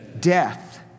Death